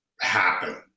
happen